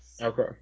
Okay